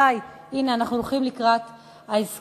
די, הנה אנחנו הולכים לקראת ההסכם.